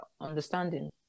understanding